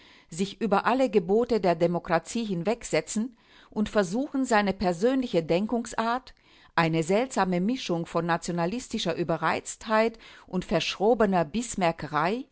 sich über alle gebote der demokratie hinwegsetzen und versuchen seine persönliche denkungsart eine seltsame mischung von nationalistischer überreiztheit und verschrobener